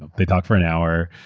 ah they talked for an hour,